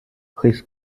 concert